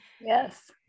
Yes